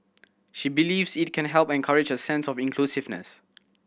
she believes it can help encourage a sense of inclusiveness